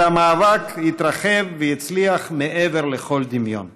אבל המאבק התרחב והצליח מעבר לכל דמיון.